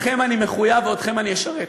לכם אני מחויב ואתכם אני אשרת.